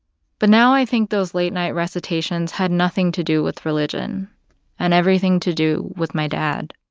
but now i think those late-night recitations had nothing to do with religion and everything to do with my dad